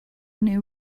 new